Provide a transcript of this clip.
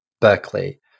Berkeley